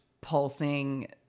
pulsing